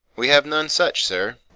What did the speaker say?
we have none such, sir.